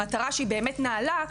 למטרה שהיא באמת נעלה,